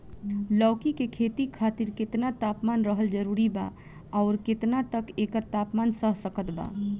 लौकी के खेती खातिर केतना तापमान रहल जरूरी बा आउर केतना तक एकर तापमान सह सकत बा?